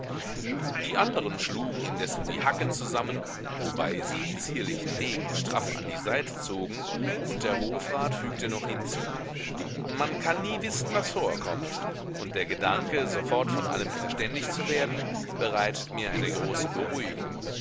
die anderen schlugen indessen die hacken zusammen wobei sie die zierlichen degen straff an die seite zogen und der hofrat fügte noch hinzu man kann nie wissen was vorkommt und der gedanke sofort von allem verständigt zu werden bereitet mir eine große beruhigung